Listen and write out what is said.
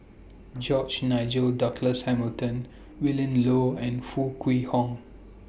George Nigel Douglas Hamilton Willin Low and Foo Kwee Horng